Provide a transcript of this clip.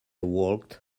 walked